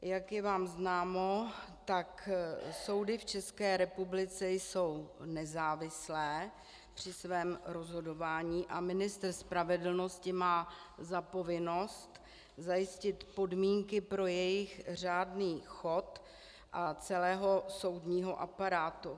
Jak je vám známo, soudy v České republice jsou nezávislé při svém rozhodování a ministr spravedlnosti má za povinnost zajistit podmínky pro jejich řádný chod a celého soudního aparátu.